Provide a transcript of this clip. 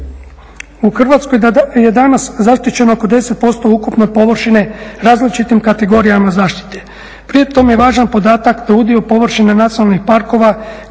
u Hrvatskoj da je danas zaštićeno oko 10% ukupne površine različitim kategorijama zaštite. Pri tom je važan podatak da udio površine nacionalnih parkova